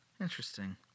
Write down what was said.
Interesting